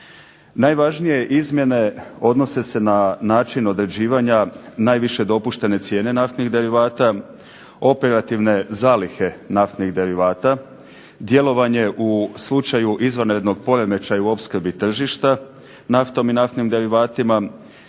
Najvažnije izmjene odnose se na način određivanja najviše dopuštene cijene naftnih derivata, operativne zalihe naftnih derivata, djelovanje u slučaju izvanrednog poremećaja u opskrbi tržišta naftom i naftnim derivatima.